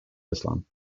islam